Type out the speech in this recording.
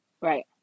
Right